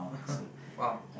!wow!